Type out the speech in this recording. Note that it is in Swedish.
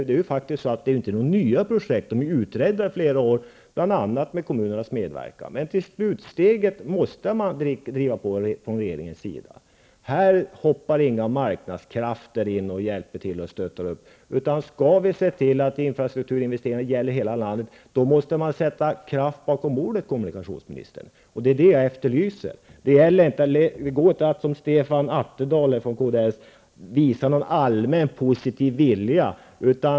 De här projekten är ju inte nya -- de har utretts under flera år bl.a. med kommunernas medverkan. Regeringen måste driva på i slutändan. Här hoppar inga marknadskrafter in och hjälper till och stöttar upp. Om infrastrukturinvesteringarna skall gälla hela landet, måste man sätta kraft bakom orden, kommunikationsministern. Det är vad jag efterlyser. Det går inte att som Stefan Attefall visa en allmän positiv vilja.